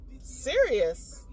Serious